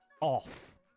off